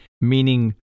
meaning